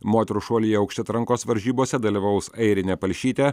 moterų šuolio į aukštį atrankos varžybose dalyvaus airinė palšytė